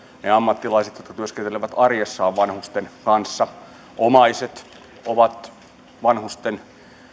ne ammattilaiset jotka työskentelevät arjessaan vanhusten kanssa ja omaiset ovat vanhusten